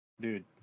Dude